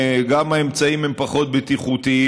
גם האמצעים הם פחות בטיחותיים,